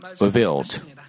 revealed